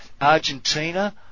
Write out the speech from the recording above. Argentina